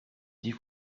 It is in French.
dix